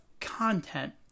content